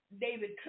David